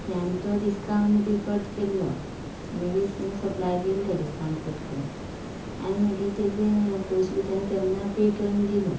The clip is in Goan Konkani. तेणे तो डिसकावंट बी कट केल्लो मागीर सप्लाय केली तेणी डिसकावंट कट करून आनी मागीर तेजे पयशे तेन्ना तेन्ना पे कन दिलो